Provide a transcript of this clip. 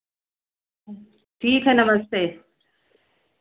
ठीक है नमस्ते